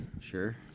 Sure